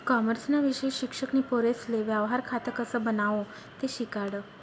कॉमर्सना विषय शिक्षक नी पोरेसले व्यवहार खातं कसं बनावो ते शिकाडं